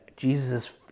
Jesus